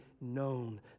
known